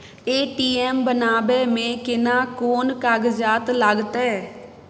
ATM बनाबै मे केना कोन कागजात लागतै?